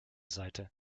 seite